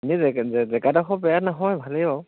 এনেই জেগাডোখৰ বেয়া নহয় ভালেই বাৰু